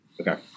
Okay